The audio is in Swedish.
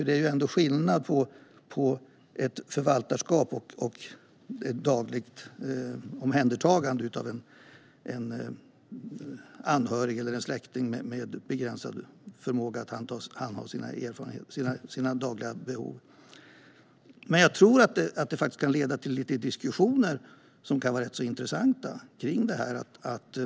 Det är ändå skillnad på ett förvaltarskap och ett dagligt omhändertagande av en anhörig eller en släkting med begränsad förmåga att handha sina dagliga behov. Men jag tror att det kan leda till lite diskussioner som kan vara rätt så intressanta.